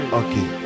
okay